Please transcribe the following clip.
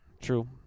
True